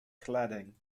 cladding